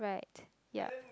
right yuo